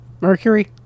Mercury